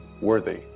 worthy